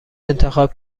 انتخاب